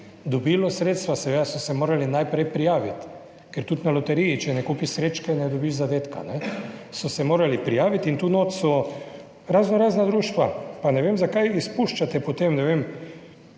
dobilo sredstva, seveda so se morali najprej prijaviti, ker tudi na loteriji, če ne kupiš srečke, ne dobiš zadetka, so se morali prijaviti in tu notri so razno razna društva, pa ne vem zakaj izpuščate potem, ne vem,